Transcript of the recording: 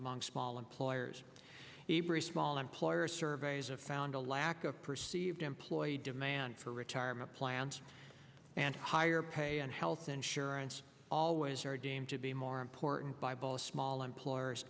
among small employers a brief small employer surveys of found a lack of perceived employee demand for retirement plans and higher pay and health insurance always are deemed to be more important bible small employers